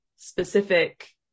specific